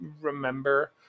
remember